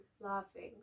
laughing